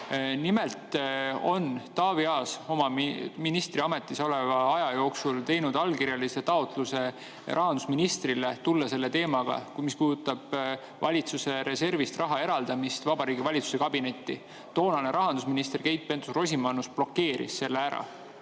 Nimelt on Taavi Aas oma ministriametis oldud aja jooksul teinud allkirjalise taotluse rahandusministrile tulla selle teemaga, mis puudutab valitsuse reservist raha eraldamist, Vabariigi Valitsuse kabinetti. Toonane rahandusminister Keit Pentus-Rosimannus blokeeris selle ära.